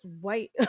white